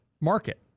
market